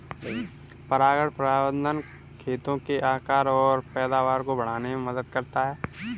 परागण प्रबंधन खेतों के आकार और पैदावार को बढ़ाने में मदद करता है